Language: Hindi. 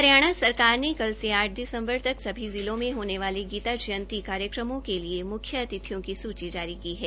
हरियाणा सरकार ने कल से आठ दिसम्बर तक सभी जिलों में होने वाले गीता जयंती कार्यक्रमों के लिए मुख्य अतिथियों की सूची जारी की है